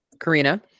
Karina